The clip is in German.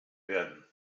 werden